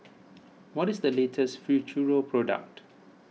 what is the latest Futuro product